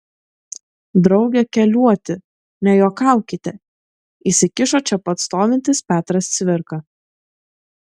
drauge keliuoti nejuokaukite įsikišo čia pat stovintis petras cvirka